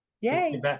Yay